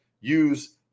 use